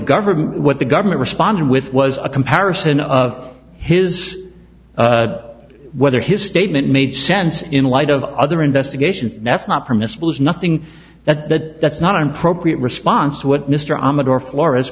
government what the government responded with was a comparison of his whether his statement made sense in light of other investigations that's not permissible is nothing that that that's not an appropriate response to what mr ahmed or flor